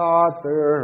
Father